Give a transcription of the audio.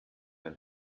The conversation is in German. ein